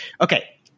okay